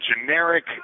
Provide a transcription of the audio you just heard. generic